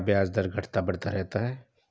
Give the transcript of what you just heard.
क्या ब्याज दर घटता बढ़ता रहता है?